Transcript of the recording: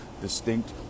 distinct